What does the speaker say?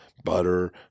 Butter